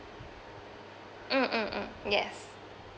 mm mm mm yes